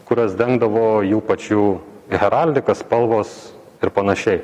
kurias dengdavo jų pačių heraldika spalvos ir panašiai